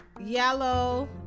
yellow